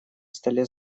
столе